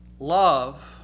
Love